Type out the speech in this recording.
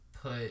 put